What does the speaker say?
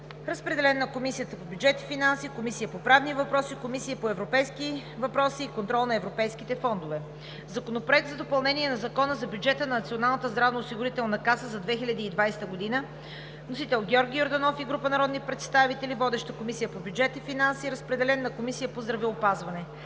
разпределен на Комисията по бюджет и финанси, Комисията по правни въпроси, Комисията по европейските въпроси и контрол на европейските фондове. Законопроект за допълнение на Закона за бюджета на НЗОК за 2020 г. Вносител – Георги Йорданов и група народни представители. Водеща е Комисията по бюджет и финанси, разпределен е на Комисията по здравеопазването.